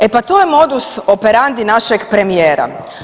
E pa to je modus operandi našeg premijera.